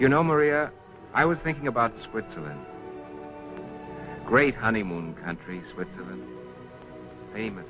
you know maria i was thinking about switzerland great honeymoon countries